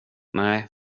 nej